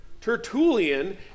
Tertullian